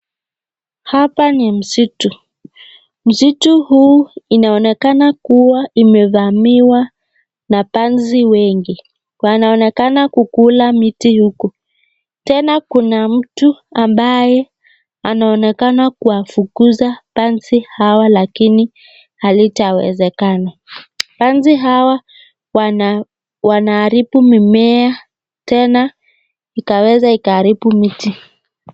Hapa ni msitu. Msitu huu inaonekana kuwa imevamiwa na panzi wengi, wanaonenakana kukula miti huku. Tena Kuna mtu ambaye anaonekana kuwafukuza panzi hawa lakini halitawezekana. Panzi hawa wanaharibu mimea, tena ikaweza ikaharibu miti.